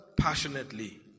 passionately